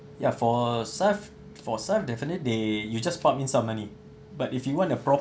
ya for Syfe for Syfe definite they you just pump in some money but if you want a